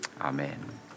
Amen